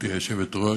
גברתי היושבת-ראש,